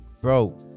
bro